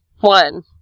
one